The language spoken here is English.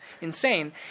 insane